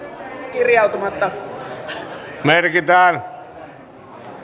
kirjautumatta merkitään